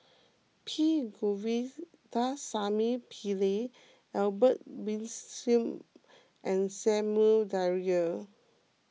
P Govindasamy Pillai Albert Winsemius and Samuel Dyer